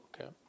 okay